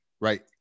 Right